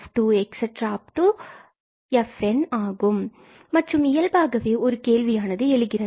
so on ஆகும் மற்றும் இயல்பாகவே ஒரு கேள்வியானது எழுகிறது